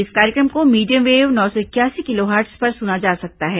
इस कार्यक्रम को मीडियम वेव नौ सौ इकयासी किलोहर्टज पर सुना जा सकता है